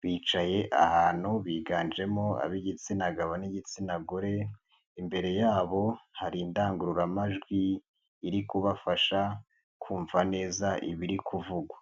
bicaye ahantu biganjemo ab'igitsina gabo n'igitsina gore, imbere yabo hari indangururamajwi iri kubafasha kumva neza ibiri kuvugwa.